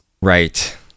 Right